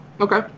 Okay